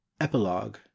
epilogue